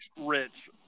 rich